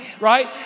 right